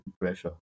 pressure